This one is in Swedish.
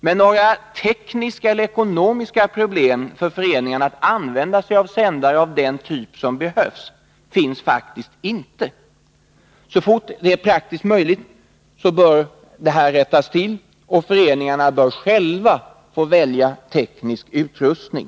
Men några tekniska eller ekonomiska problem för föreningarna att använda sig av den typ av sändare som behövs finns faktiskt inte. Så fort det är praktiskt möjligt bör föreningarna själva få välja teknisk utrustning.